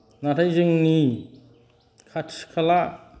ओमफ्राय जोंनि खाथि खाला